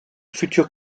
futurs